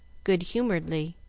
good-humoredly,